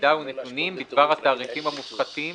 מידע ונתונים בדבר התעריפים המופחתים